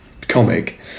comic